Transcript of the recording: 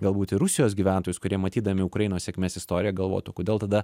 galbūt ir rusijos gyventojus kurie matydami ukrainos sėkmės istoriją galvotų kodėl tada